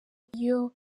iyo